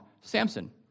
Samson